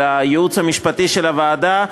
לייעוץ המשפטי של הוועדה,